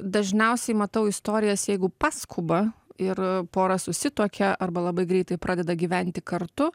dažniausiai matau istorijas jeigu paskuba ir pora susituokia arba labai greitai pradeda gyventi kartu